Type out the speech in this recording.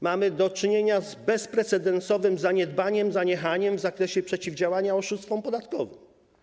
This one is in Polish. Mamy do czynienia z bezprecedensowym zaniedbaniem, zaniechaniem w zakresie przeciwdziałania oszustwom podatkowym.